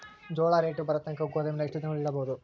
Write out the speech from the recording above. ಜೋಳ ರೇಟು ಬರತಂಕ ಗೋದಾಮಿನಲ್ಲಿ ಎಷ್ಟು ದಿನಗಳು ಯಿಡಬಹುದು?